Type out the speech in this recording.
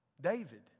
David